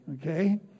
okay